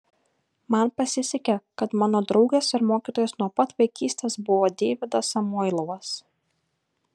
man pasisekė kad mano draugas ir mokytojas nuo pat vaikystės buvo deividas samoilovas